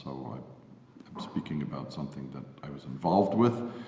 so i'm speaking about something that i was involved with,